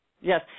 Yes